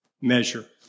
measure